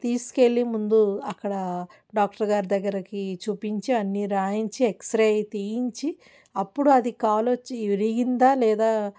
తీసుకెళ్ళి ముందు అక్కడ డాక్టర్ గారి దగ్గరకి చూపించి అన్ని రాయించి ఎక్స్రే తీయించి అప్పుడు అది కాలో విరిగిందా లేదా